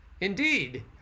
Indeed